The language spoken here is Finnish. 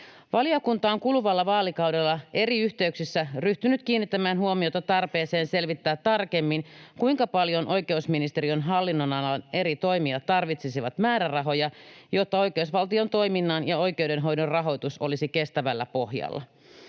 Valiokunta on kuluvalla vaalikaudella eri yhteyksissä ryhtynyt kiinnittämään huomiota tarpeeseen selvittää tarkemmin, kuinka paljon oikeusministeriön hallinnonalan eri toimijat tarvitsisivat määrärahoja, jotta oikeusvaltion toiminnan ja oikeudenhoidon rahoitus olisi kestävällä pohjalla.